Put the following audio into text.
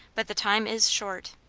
but the time is short.